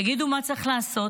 יגידו מה צריך לעשות.